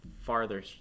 farther